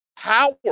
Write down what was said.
power